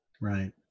Right